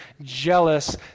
jealous